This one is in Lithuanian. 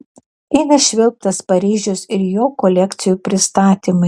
eina švilpt tas paryžius ir jo kolekcijų pristatymai